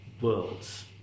worlds